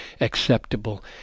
acceptable